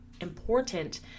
important